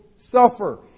suffer